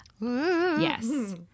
Yes